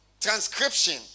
transcription